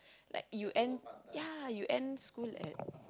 like you end ya you end school at